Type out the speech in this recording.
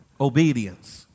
obedience